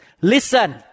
Listen